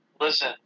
Listen